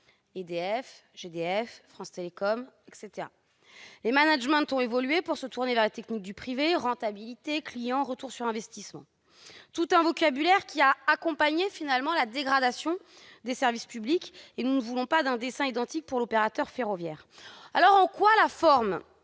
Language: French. EDF, GDF, France Télécom ... Les managements ont évolué, pour se tourner vers les techniques du privé : rentabilité, clients, retour sur investissement ... tout un vocabulaire qui a accompagné la dégradation des services publics. Nous ne voulons pas d'un dessein identique pour l'opérateur ferroviaire. En quoi la forme